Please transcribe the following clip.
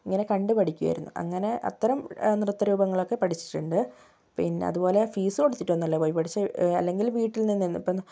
ഇങ്ങനെ കണ്ട് പഠിക്കുവായിരുന്നു അങ്ങനെ അത്തരം നൃത്തരൂപങ്ങളൊക്കെ പഠിച്ചിട്ടുണ്ട് പിന്നെ അതുപോലെ ഫീസ് കൊടുത്തിട്ടൊന്നും അല്ല പോയി പഠിച്ചത് അല്ലെങ്കിൽ വീട്ടിൽ നിന്ന് തന്നെ ഇപ്പം